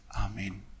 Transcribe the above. Amen